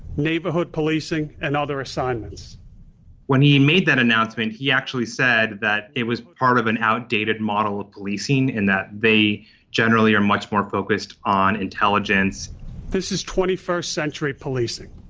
neighborhood policing and other assignments when he made that announcement, he actually said that it was part of an outdated model of policing in that they generally are much more focused on intelligence this is twenty first century policing,